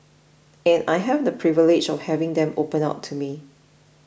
and I have the privilege of having them open up to me